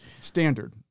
standard